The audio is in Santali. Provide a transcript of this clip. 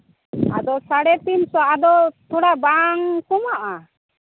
ᱟᱫᱚ ᱥᱟᱬᱮ ᱛᱤᱱᱥᱚ ᱟᱫᱚ ᱛᱷᱚᱲᱟ ᱵᱟᱝ ᱠᱚᱢᱚᱜᱼᱟ